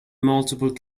multiple